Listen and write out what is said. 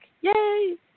Yay